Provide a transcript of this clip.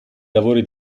lavori